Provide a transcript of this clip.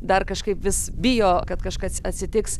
dar kažkaip vis bijo kad kažkas atsitiks